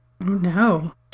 No